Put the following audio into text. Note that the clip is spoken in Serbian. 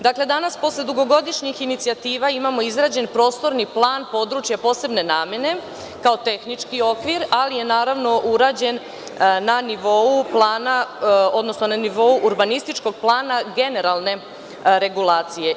Dakle, danas posle dugogodišnjih inicijativa imamo izrađen prostorni plan područja posebne namene, ko tehnički okvir, ali je urađen na nivou urbanističkog plana generalne regulacije.